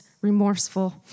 remorseful